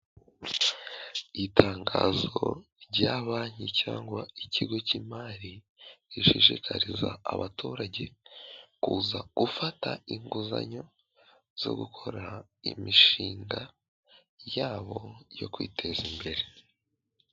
Itangazo rya banki cyangwa ikigo cy' imari gishishikariza abaturage kuza gufata inguzanyo zo gukora imishinga yabo yo kwiteza imbere.